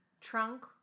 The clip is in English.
trunk